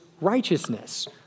righteousness